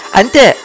ante